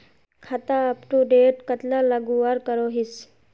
खाता अपटूडेट कतला लगवार करोहीस?